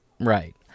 Right